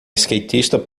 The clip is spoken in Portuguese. skatista